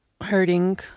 hurting